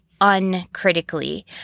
uncritically